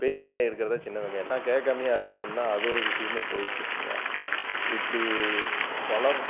பெரிய வெங்காயம் எடுக்கிறதா சின்ன வெங்காயம் நான் கேட்காமையே அரிஞ்சிட்டோம்னால் அது ஒரு விஷயமா போய்ட்டு இருக்கும்ங்க இப்படி பல